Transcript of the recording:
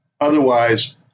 otherwise